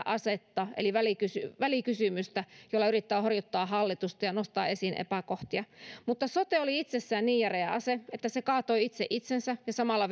asetta eli välikysymystä välikysymystä jolla yrittää horjuttaa hallitusta ja nostaa esiin epäkohtia mutta sote oli itsessään niin järeä ase että se kaatoi itse itsensä ja samalla